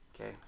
Okay